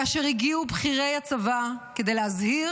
כאשר הגיעו בכירי הצבא כדי להזהיר,